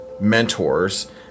mentors